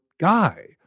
guy